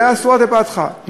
זאת הייתה סורת אל-פאתחה.